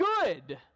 good